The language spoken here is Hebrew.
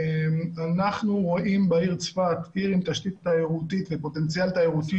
אנחנו רואים בעיר צפת עיר עם תשתית תיירותית ופוטנציאל תיירותי